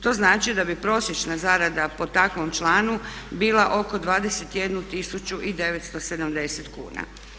To znači da bi prosječna zarada po takvom članu bila oko 21 970 kuna.